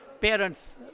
parents